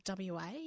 WA